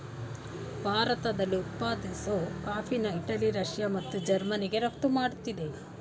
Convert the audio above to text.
ಭಾರತದಲ್ಲಿ ಉತ್ಪಾದಿಸೋ ಕಾಫಿನ ಇಟಲಿ ರಷ್ಯಾ ಮತ್ತು ಜರ್ಮನಿಗೆ ರಫ್ತು ಮಾಡ್ತಿದೆ